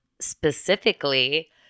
specifically